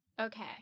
Okay